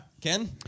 Ken